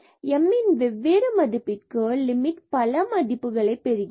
m ன் வெவ்வேறு மதிப்பிற்கு லிமிட் பல மதிப்பை பெறுகிறது